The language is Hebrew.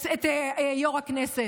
סגן יו"ר הכנסת.